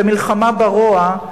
למלחמה ברוע.